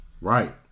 Right